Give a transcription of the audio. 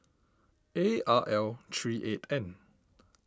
A R L three eight N